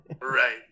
Right